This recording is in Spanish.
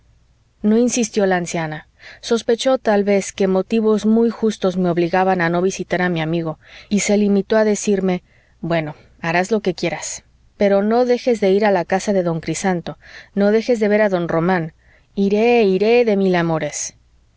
no insistió la anciana sospechó tal vez que motivos muy justos me obligaban a no visitar a mi amigo y se limitó a decirme bueno harás lo que quieras pero no dejes de ir a la casa de don crisanto no dejes de ver a don román iré iré de mil amores